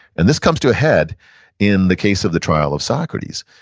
and this comes to a head in the case of the trial of socrates.